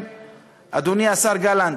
אדוני השר גלנט,